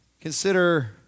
Consider